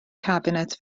cabinet